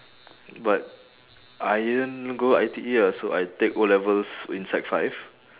but I didn't go I_T_E ah so I take O-levels in sec five